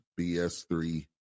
BS3